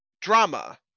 drama